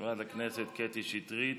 חברת הכנסת קטי שטרית,